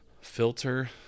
filter